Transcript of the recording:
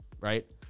right